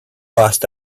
lost